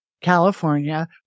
California